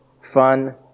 fun